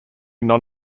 non